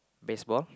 baseball